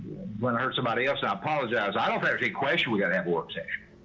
when i hurt somebody else i apologize. i don't there's a question we got.